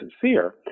sincere